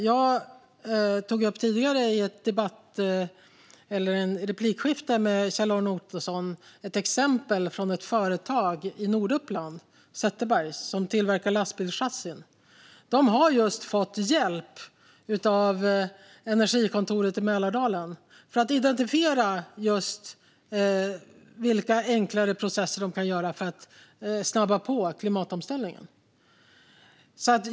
Jag tog i ett tidigare replikskifte med Kjell-Arne Ottosson ett exempel, Zetterbergs, ett företag i Norduppland som tillverkar lastbilschassin. De har just fått hjälp av Energikontoret i Mälardalen med att identifiera vilka enklare processer de kan använda för att snabba på klimatomställningen.